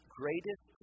greatest